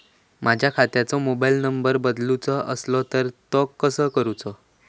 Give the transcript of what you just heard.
माझ्या खात्याचो mobile number बदलुचो असलो तर तो कसो करूचो?